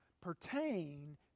pertain